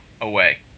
away